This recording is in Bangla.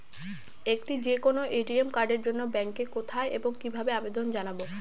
একটি যে কোনো এ.টি.এম কার্ডের জন্য ব্যাংকে কোথায় এবং কিভাবে আবেদন জানাব?